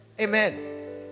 Amen